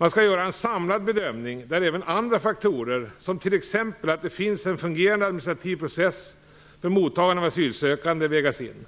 Man skall göra en samlad bedömning där även andra faktorer, t.ex. att det finns en fungerande administrativ process för mottagande av asylsökande, vägs in.